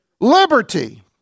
Liberty